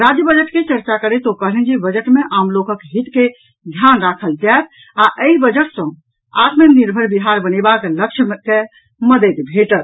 राज्य बजट के चर्चा करैत ओ कहलनि जे बजट मे आम लोकक हित के ध्यान राखल जायत आ एहि बजट सॅ आत्मनिर्भर बिहार बनेबाक लक्ष्य के मददि भेटत